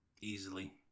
easily